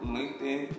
LinkedIn